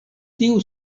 tiu